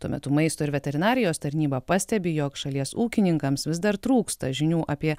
tuo metu maisto ir veterinarijos tarnyba pastebi jog šalies ūkininkams vis dar trūksta žinių apie